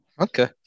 Okay